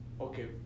Okay